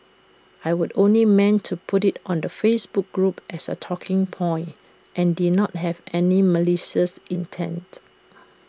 I would only meant to put IT on the Facebook group as A talking point and did not have malicious intent